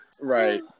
Right